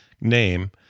name